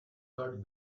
got